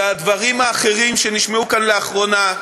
והדברים האחרים שנשמעו כאן לאחרונה,